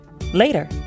later